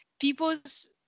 people's